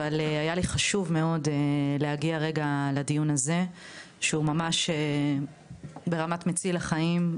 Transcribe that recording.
אבל היה לי חשוב מאוד להגיע רגע לדיון הזה שהוא ממש ברמת מציל חיים,